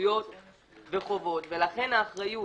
לזכויות וחובות ולכן, האחריות